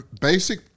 basic